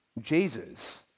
Jesus